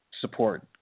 support